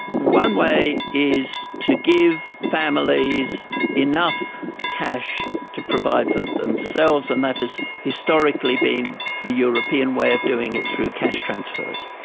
one way is to give families enough cash to provide for themselves and that has historically been the european way of doing it, through cash transfers.